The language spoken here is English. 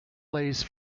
lays